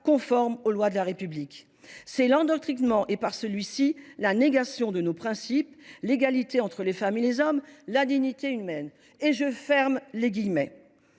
conformes aux lois de la République. C’est l’endoctrinement et par celui ci, la négation de nos principes, l’égalité entre les femmes et les hommes, la dignité humaine. » Plus de quatre ans